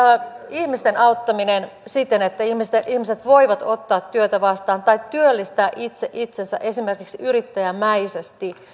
ihmisten auttaminen siten että ihmiset että ihmiset voivat ottaa työtä vastaan työllistää itse itsensä esimerkiksi yrittäjämäisesti